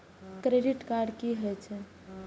Credit card की होई छै?